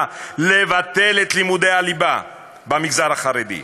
לבטל את לימודי הליבה במגזר החרדי.